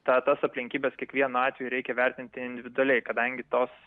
ta tas aplinkybes kiekvienu atveju reikia vertinti individualiai kadangi tos